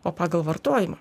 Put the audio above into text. o pagal vartojimą